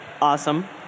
Awesome